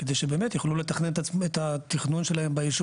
תרחיק את זה ממני, הכול